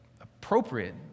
appropriate